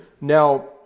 Now